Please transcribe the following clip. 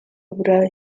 uburaya